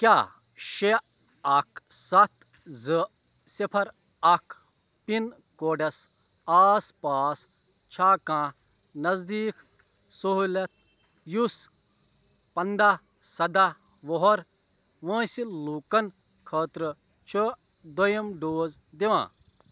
کیٛاہ شےٚ اکھ سَتھ زٕ صِفر اکھ پِن کوڈَس آس پاس چھےٚ کانٛہہ نزدیٖک سہوٗلِیت یُس پنٛداہ سَداہ وُہَر وٲنٛسہِ لوٗکَن خٲطرٕ چھِ دوٚیِم ڈوز دِوان